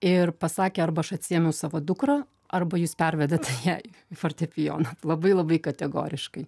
ir pasakė arba aš atsiėmu savo dukrą arba jūs pervedate ją fortepijoną labai labai kategoriškai